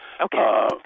Okay